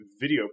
video